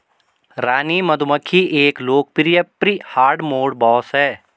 रानी मधुमक्खी एक लोकप्रिय प्री हार्डमोड बॉस है